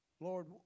Lord